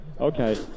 okay